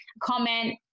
comment